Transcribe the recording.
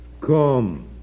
Come